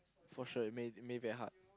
for sure it may mave at heart